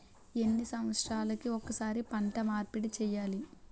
ఎన్ని సంవత్సరాలకి ఒక్కసారి పంట మార్పిడి చేయాలి?